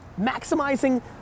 maximizing